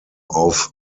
auf